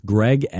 Greg